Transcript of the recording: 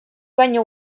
baino